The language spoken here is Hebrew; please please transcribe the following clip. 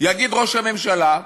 יגיד ראש הממשלה,